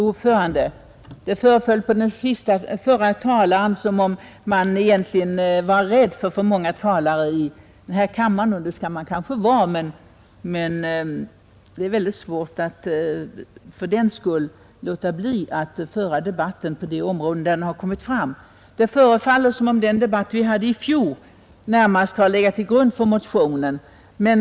Fru talman! Det föreföll på den senaste talaren som om man egentligen var rädd för alltför många talare i denna kammare. Det skall man kanske vara, men det är väldigt svårt att fördenskull låta bli att delta i debatten när den har fått ett vidgat område. Det verkar närmast som om fjorårets debatt legat till grund för motionen.